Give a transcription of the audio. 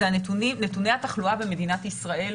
אלה נתוני התחלואה במדינת ישראל,